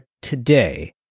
today